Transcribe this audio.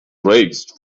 raised